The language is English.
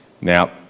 Now